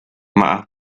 maaf